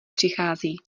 přichází